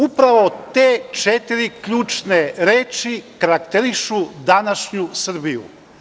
Upravo te četiri ključne reči karakterišu današnju Srbiju.